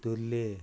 तुल्ले